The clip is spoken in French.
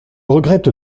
regrette